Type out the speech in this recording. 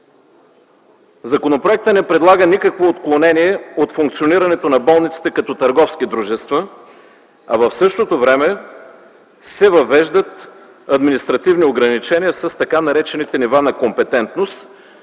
Законопроектът не предлага никакво отклонение от функционирането на болниците като търговски дружества, а в същото време се въвеждат административни ограничения, с така наречените нива на компетентност,